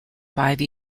five